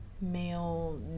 male